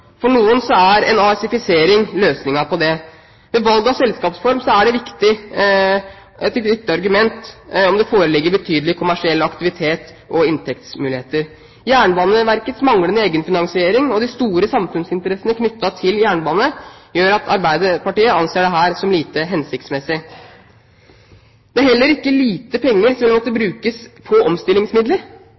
For noen er en AS-ifisering løsningen på det. Ved valg av selskapsform er et viktig argument om det foreligger betydelig kommersiell aktivitet og inntektsmuligheter. Jernbaneverkets manglende egenfinansiering og de store samfunnsinteressene knyttet til jernbanen gjør at Arbeiderpartiet anser dette som lite hensiktsmessig. Det er heller ikke lite penger som ville måtte brukes på omstillingsmidler,